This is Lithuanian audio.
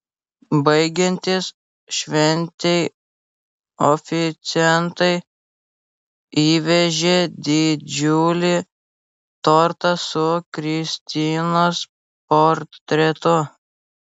baigiantis šventei oficiantai įvežė didžiulį tortą su kristinos portretu